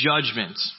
judgment